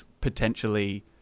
potentially